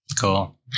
Cool